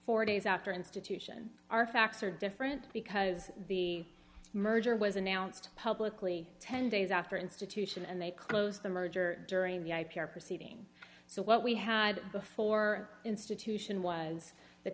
for days after institution our facts are different because the merger was announced publicly ten days after institution and they closed the merger during the i p r proceeding so what we had before institution was the